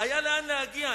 היה לאן להגיע.